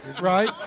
right